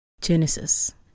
Genesis